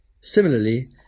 Similarly